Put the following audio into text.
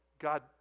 God